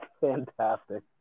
fantastic